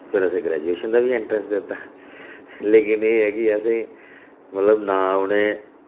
फिर असें ग्रेजुएशन दा बी एंट्रेंस दित्ता लेकिन एह् ऐ कि असें मतलब ना उ'ने